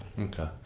Okay